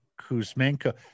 Kuzmenko